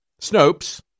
Snopes